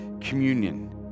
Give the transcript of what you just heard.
communion